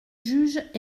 juges